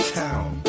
town